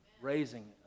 raising